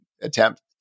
attempt